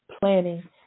planning